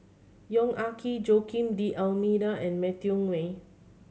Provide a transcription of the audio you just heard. Yong Ah Kee Joaquim D'Almeida and Matthew